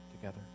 together